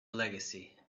legacy